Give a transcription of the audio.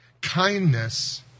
kindness